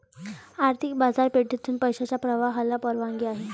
आर्थिक बाजारपेठेतून पैशाच्या प्रवाहाला परवानगी आहे